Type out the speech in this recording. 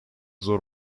zor